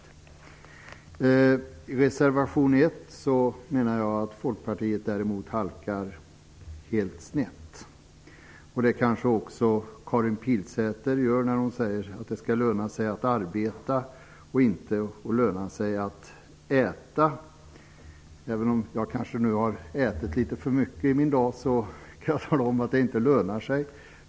I reservation 1 menar jag att Folkpartiet däremot halkar helt snett. Det kanske Karin Pilsäter också gör när hon säger att det skall löna sig att arbeta och inte löna sig att äta. Även om jag kanske har ätit litet för mycket i mina dagar kan jag tala om att det inte lönar sig.